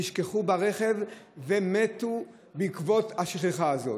נשכחו ברכב ומתו בעקבות השכחה הזאת.